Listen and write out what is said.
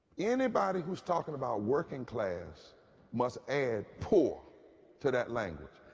anybody who is talking about working class must add poor to that language.